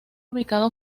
ubicada